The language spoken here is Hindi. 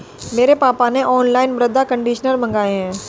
मेरे पापा ने ऑनलाइन मृदा कंडीशनर मंगाए हैं